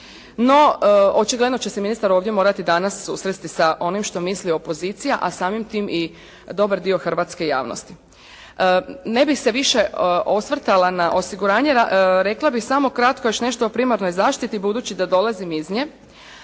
No, očigledno će se ministar morati ovdje danas susresti s onim što misli opozicija a samim time i dobar dio hrvatske javnosti. Ne bi se više osvrtala na osiguranje, rekla bih samo kratko još nešto o primarnoj zaštiti budući da dolazim iz nje.